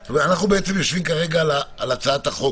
אנחנו יושבים על הצעת החוק,